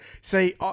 see